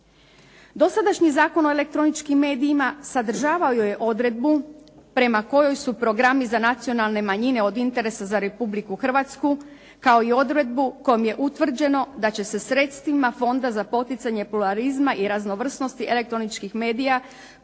Dosadašnji Zakon o elektroničkim medijima sadržavao je odredbu prema kojoj su programi za nacionalne manjine od interesa za Republiku Hrvatsku kao i odredbu kojom je utvrđeno da će se sredstvima Fonda za poticanje pluralizma i raznovrsnosti elektroničkih medija